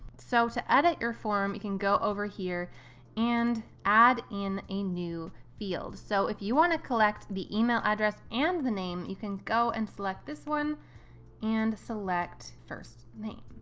so to edit your form, you can go over here and add in a new field. so if you want to collect the email address and the name, you can go and select this one and select first name.